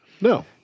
No